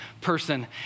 person